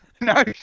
no